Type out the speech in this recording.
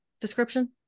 description